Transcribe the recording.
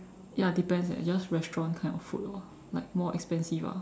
ya depends eh just like restaurant kind of food lor like more expensive ah